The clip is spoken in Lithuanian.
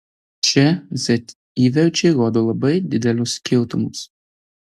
čia z įverčiai rodo labai didelius skirtumus